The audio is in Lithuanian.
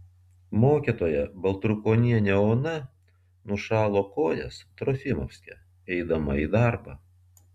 mokytoja baltrukonienė ona nušalo kojas trofimovske eidama į darbą